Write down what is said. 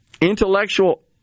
intellectual